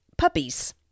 puppies